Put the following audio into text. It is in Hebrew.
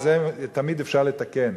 על זה תמיד אפשר לתקן.